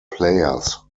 players